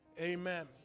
Amen